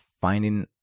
finding